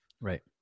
Right